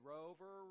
Rover